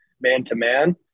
man-to-man